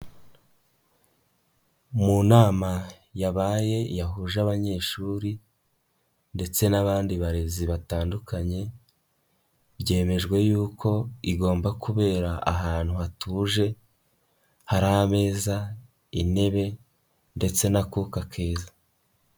Mu nama yabaye yahuje abanyeshuri, ndetse n'abandi barezi batandukanye, byemejwe yuko igomba kubera ahantu hatuje, hari ameza, intebe, ndetse n'akuka keza.